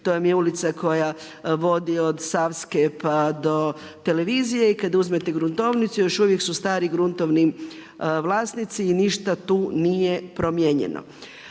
to vam je ulica koja vodi od Savske pa do Televizije i kada uzmete gruntovnicu još uvijek su stari gruntovni vlasnici i ništa tu nije promijenjeno.